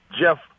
Jeff